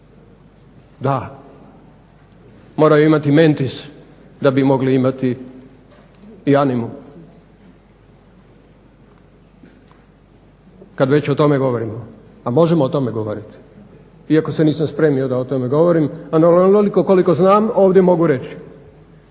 Da, moraju imati mentis da bi mogli imati i animo kad već o tome govorimo. A možemo o tome govoriti iako se nisam spremio da o tome govorim, ali onoliko koliko znam ovdje mogu reći